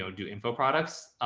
do info products.